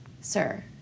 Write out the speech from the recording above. sir